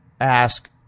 ask